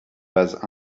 bases